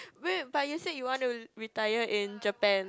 wait but you say you want to retire in Japan